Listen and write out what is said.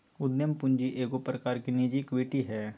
उद्यम पूंजी एगो प्रकार की निजी इक्विटी हइ